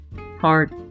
heart